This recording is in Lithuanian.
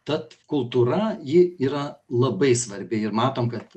tad kultūra ji yra labai svarbi ir matom kad